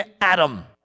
Adam